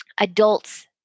adults